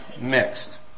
mixed